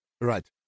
Right